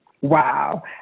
Wow